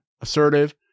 Assertive